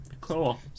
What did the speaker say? cool